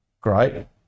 Great